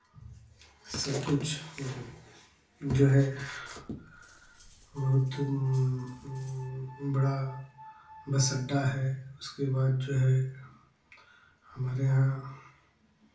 सब कुछ जो है बहुत बड़ा बस अड्डा है उसके बाद जो है हमारे यहाँ